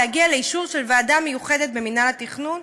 להגיע לאישור של ועדה מיוחדת במינהל התכנון.